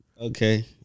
Okay